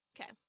Okay